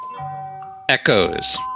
echoes